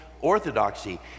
orthodoxy